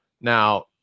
Now